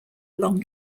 long